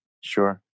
Sure